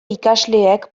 ikasleek